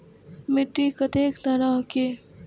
मिट्टी कतेक तरह के?